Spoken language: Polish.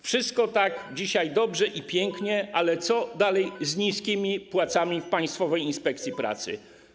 Wszystko jest dzisiaj dobrze i pięknie, ale co dalej z niskimi płacami w Państwowej Inspekcji Pracy?